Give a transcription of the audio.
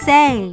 Say